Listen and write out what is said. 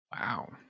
Wow